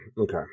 Okay